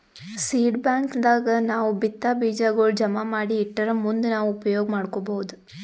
seed bank ದಾಗ್ ನಾವ್ ಬಿತ್ತಾ ಬೀಜಾಗೋಳ್ ಜಮಾ ಮಾಡಿ ಇಟ್ಟರ್ ಮುಂದ್ ನಾವ್ ಉಪಯೋಗ್ ಮಾಡ್ಕೊಬಹುದ್